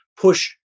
push